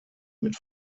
mit